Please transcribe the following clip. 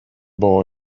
boy